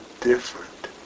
different